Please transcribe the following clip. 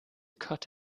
cut